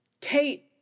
Kate